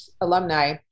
alumni